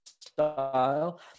style